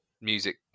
music